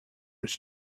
his